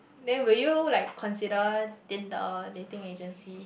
then will you like consider Tinder dating agencies